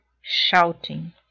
shouting